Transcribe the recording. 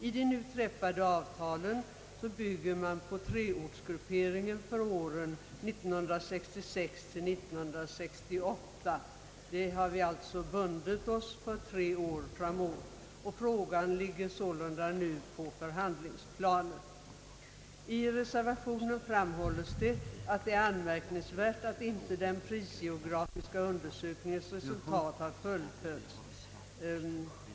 I det nu träffade avtalet bygger man på treortsgrupperingen för åren 1966—1968. Vi har alltså bundit oss för tre år framåt, och frågan ligger sålunda nu på förhandlingsplanet. I reservationen framhålls att det är anmärkningsvärt att den prisgeografiska undersökningens resultat inte har fullföljts.